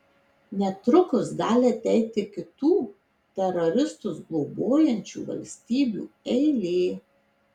netrukus gali ateiti kitų teroristus globojančių valstybių eilė